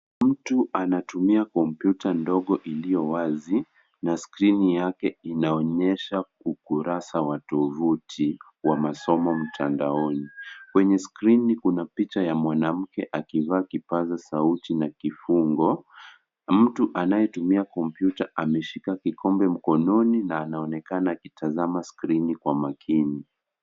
Mtu anatumia kompyuta ndogo ilyowazi, na skrini yake inaonyesha ukurasa wa tovuti wa masomo mtandaoni. Kwenye skrini kuna picha ya mwanamke akivaa kipaza sauti na kifungo. Mtu anayetumia kompyuta ameshika kikombe mkononi na anaonekana akitazama skrini kwa makini.